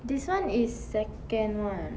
this [one] is second [one]